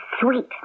sweet